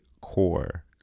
Core